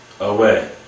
away